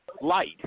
light